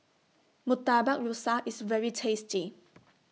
Murtabak Rusa IS very tasty